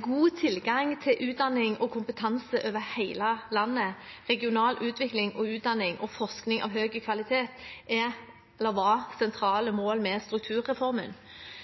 God tilgang til utdanning og kompetanse over hele landet, regional utvikling og utdanning og forskning av høy kvalitet